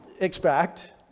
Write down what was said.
expect